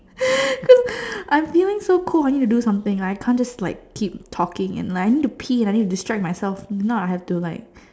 cause I'm feeling so cold I need to do something I can't just like keep talking and like I need to pee I need to keep distract myself if not I have to like